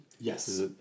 Yes